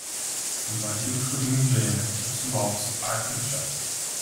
smarkiai užkabink džeinę ir sulauksi atkirčio